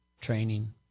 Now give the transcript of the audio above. training